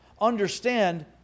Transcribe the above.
understand